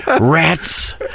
Rats